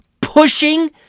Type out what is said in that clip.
pushing